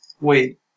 Wait